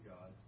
God